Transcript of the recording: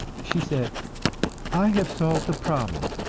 she said i have solved a problem.